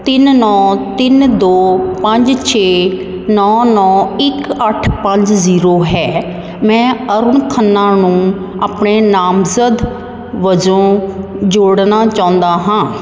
ਤਿੰਨ ਨੌਂ ਤਿੰਨ ਦੋ ਪੰਜ ਛੇ ਨੌਂ ਨੌਂ ਇੱਕ ਅੱਠ ਪੰਜ ਜੀਰੋ ਹੈ ਮੈਂ ਅਰੁਣ ਖੰਨਾ ਨੂੰ ਆਪਣੇ ਨਾਮਜ਼ਦ ਵਜੋਂ ਜੋੜਨਾ ਚਾਹੁੰਦਾ ਹਾਂ